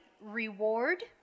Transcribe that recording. reward